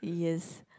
yes